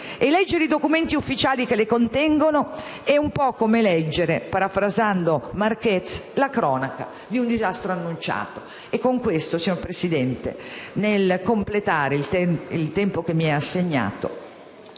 E leggere i documenti ufficiali che le contengono è un po' come leggere, parafrasando Márquez, la cronaca di un disastro annunciato. E con questo, signor Presidente, nel completare il mio intervento